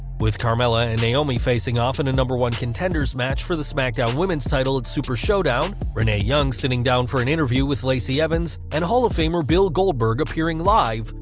with camella and naomi facing off in a number one contenders match for the smackdown women's title at super showdown, renee young sitting down for an interview with lacey evans, and hall of famer bill goldberg appearing live,